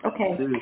Okay